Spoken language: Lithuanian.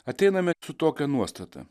ateiname su tokia nuostata